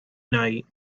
night